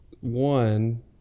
one